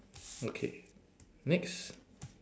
okay next